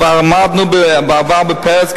כבר עמדנו בעבר בפרץ,